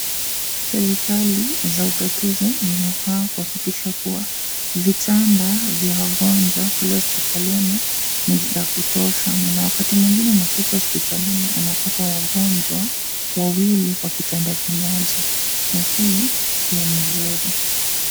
Serikali za ugatuzi zinafaa kuhakikisha kuwa vitanda vya wagonjwa kule hospitalini ni za kutosha na wakati mwingine unafika hospitalini unapata wagonjwa wawili kwa kitanda kimoja na hii sio mzuri.